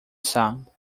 sound